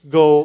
go